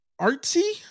artsy